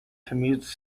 commutes